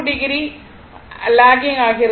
2o locking ஆகிறது